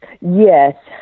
Yes